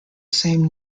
same